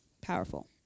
Powerful